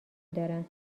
دارن